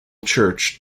church